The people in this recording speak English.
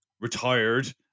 retired